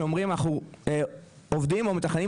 שאומרים: אנחנו עובדים או מתכננים